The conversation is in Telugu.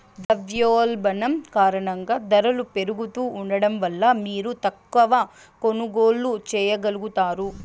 ద్రవ్యోల్బణం కారణంగా దరలు పెరుగుతా ఉండడం వల్ల మీరు తక్కవ కొనుగోల్లు చేయగలుగుతారు